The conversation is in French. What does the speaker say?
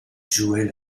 jouait